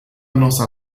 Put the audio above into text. annonce